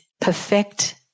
perfect